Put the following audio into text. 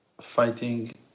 fighting